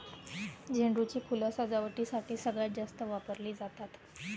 झेंडू ची फुलं सजावटीसाठी सगळ्यात जास्त वापरली जातात